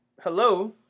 Hello